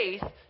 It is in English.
faith